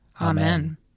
Amen